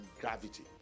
gravity